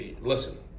Listen